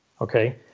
Okay